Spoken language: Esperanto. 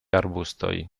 arbustoj